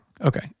okay